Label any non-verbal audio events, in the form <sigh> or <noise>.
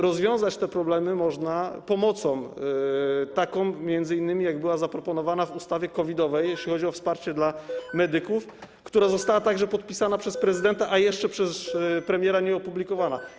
Rozwiązać te problemy można dzięki m.in. takiej pomocy, jaka była zaproponowana w ustawie COVID-owej, <noise> jeśli chodzi o wsparcie dla medyków, która została także podpisana przez prezydenta, a jeszcze przez premiera nieopublikowana.